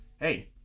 hey